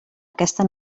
aquesta